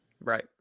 Right